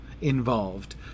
involved